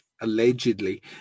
allegedly